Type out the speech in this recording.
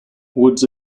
woods